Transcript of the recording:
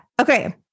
Okay